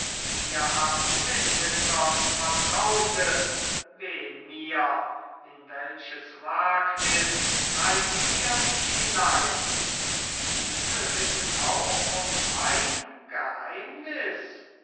ihr habt mitwisser und vertraute weh mir in welches wagnis reißt ihr mich hinein und diese wissen auch um mein geheimnis